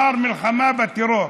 "מר מלחמה בטרור",